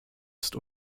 ist